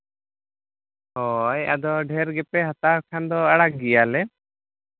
ᱦᱳᱭ ᱟᱫᱚ ᱰᱷᱮᱨ ᱜᱮᱯᱮ ᱦᱟᱛᱟᱣ ᱠᱷᱟᱱ ᱫᱚ ᱟᱲᱟᱜ ᱜᱮᱭᱟᱞᱮ